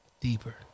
Deeper